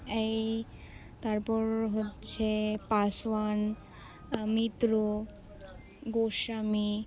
এই তারপর হচ্ছে পাশওয়ান মিত্র গোস্বামী